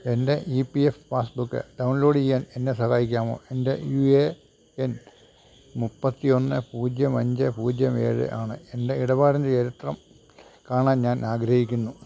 എൻ്റെ E P F passbook download ചെയ്യാൻ എന്നെ സഹായിക്കാമോ എൻ്റെ യു എ എൻ മുപ്പത്തി ഒന്ന് പൂജ്യം അഞ്ച് പൂജ്യം ഏഴ് ആണ് എൻ്റെ ഇടപാടിൻ്റെ ചരിത്രം കാണാൻ ഞാൻ ആഗ്രഹിക്കുന്നു